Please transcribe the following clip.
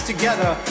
together